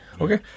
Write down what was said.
okay